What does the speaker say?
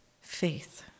faith